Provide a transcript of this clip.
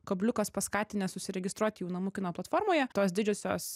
kabliukas paskatinęs užsiregistruoti jų namų kino platformoje tos didžiosios